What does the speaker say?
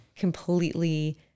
completely